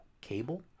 cable